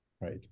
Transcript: Right